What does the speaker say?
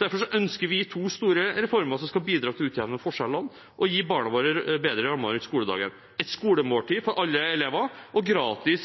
Derfor ønsker vi to store reformer som skal bidra til å utjevne forskjellene og gi barna våre bedre rammer rundt skoledagen: et skolemåltid for alle elever og gratis